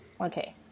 Okay